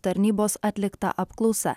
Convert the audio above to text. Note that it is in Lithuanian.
tarnybos atlikta apklausa